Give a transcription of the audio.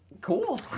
Cool